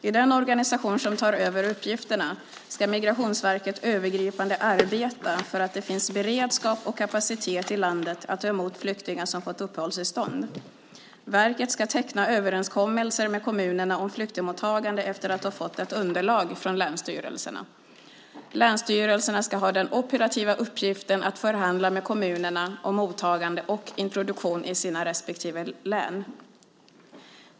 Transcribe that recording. I den organisation som tar över uppgifterna ska Migrationsverket övergripande arbeta för att det finns beredskap och kapacitet i landet att ta emot flyktingar som har fått uppehållstillstånd. Verket ska teckna överenskommelser med kommunerna om flyktingmottagande efter att ha fått ett underlag från länsstyrelserna. Länsstyrelserna ska ha den operativa uppgiften att förhandla med kommunerna om mottagande och introduktion i sina respektive län.